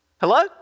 Hello